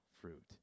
fruit